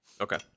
Okay